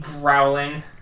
growling